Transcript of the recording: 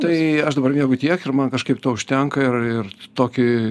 tai aš dabar miegu tiek ir man kažkaip to užtenka ir ir tokį